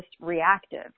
reactive